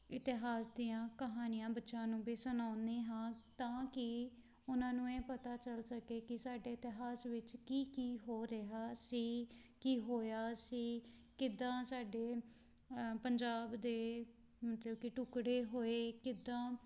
ਇਤਿਹਾਸ ਦੀਆਂ ਕਹਾਣੀਆਂ ਬੱਚਿਆਂ ਨੂੰ ਵੀ ਸੁਣਾਉਂਦੀ ਹਾਂ ਤਾਂ ਕਿ ਉਹਨਾਂ ਨੂੰ ਇਹ ਪਤਾ ਚੱਲ ਸਕੇ ਕਿ ਸਾਡੇ ਇਤਿਹਾਸ ਵਿੱਚ ਕੀ ਕੀ ਹੋ ਰਿਹਾ ਸੀ ਕੀ ਹੋਇਆ ਸੀ ਕਿੱਦਾਂ ਸਾਡੇ ਪੰਜਾਬ ਦੇ ਮਤਲਬ ਕਿ ਟੁਕੜੇ ਹੋਏ ਕਿੱਦਾਂ